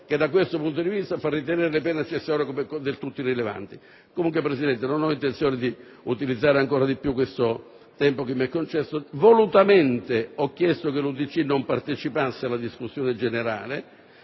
che da questo punto di vista fa ritenere le pene accessorie come del tutto irrilevanti. Comunque, Presidente, non ho intenzione di utilizzare altro tempo. Volutamente ho chiesto che l'UDC non partecipasse alla discussione generale